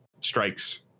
Strikes